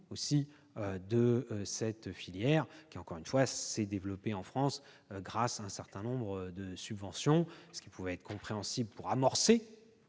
au coût de cette filière qui, je le répète, s'est développée en France grâce à un certain nombre de subventions. Si cela pouvait être compréhensible pour amorcer